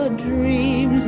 ah dream